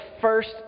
first